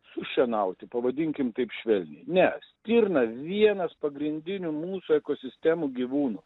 su šienauti pavadinkim taip švelniai ne stirna vienas pagrindinių mūsų ekosistemų gyvūnų